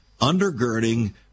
undergirding